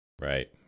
Right